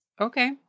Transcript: okay